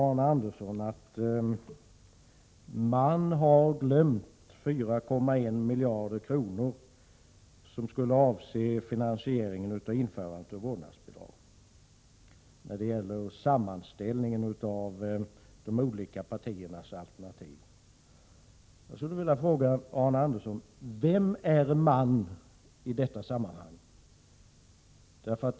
Arne Andersson säger att man har glömt 4,1 miljarder kronor i sammanställningen av de olika partiernas alternativ för finansiering av införande av vårdnadsbidrag. Vem är ”man” i detta sammanhang, Arne Andersson?